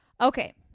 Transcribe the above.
Okay